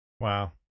Wow